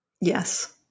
Yes